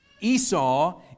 Esau